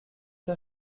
ces